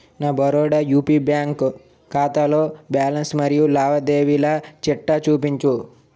నా Baroda UP bank ఖాతాలో balance మరియు లావాదేవీల చిట్టా చూపించు